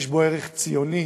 יש בה ערך ציוני,